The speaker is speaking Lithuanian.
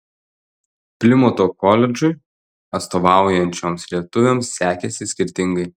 plimuto koledžui atstovaujančioms lietuvėms sekėsi skirtingai